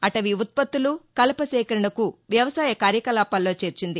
అటవీ ఉత్పత్తులు కలప సేకరణను వ్యవసాయ కార్యకలాపాల్లో చేర్చింది